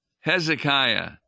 Hezekiah